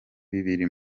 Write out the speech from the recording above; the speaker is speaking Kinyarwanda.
biri